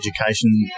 education